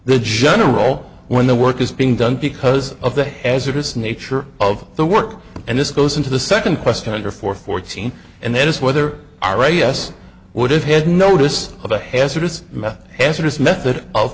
the general when the work is being done because of the hazardous nature of the work and this goes into the second question under four fourteen and that is whether r a s would have had notice of a hazardous hazardous method of